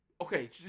Okay